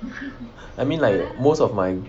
I mean like most of my